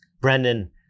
Brendan